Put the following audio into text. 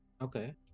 Okay